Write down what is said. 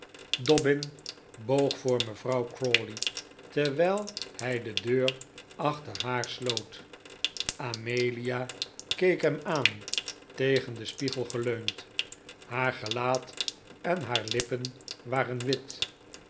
dobbin boog voor mevrouw crawley terwijl hij de deur achter haar sloot amelia keek hem aan tegen den spiegel geleund haar gelaat en haar lippen waren wit